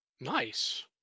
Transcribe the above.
Nice